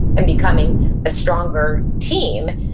and becoming a stronger team,